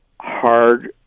hard